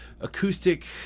acoustic